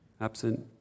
Absent